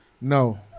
no